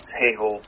hey-ho